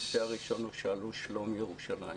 הנושא הראשון הוא "שאלו שלום ירושלים",